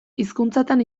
hizkuntzatan